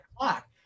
o'clock